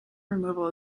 removal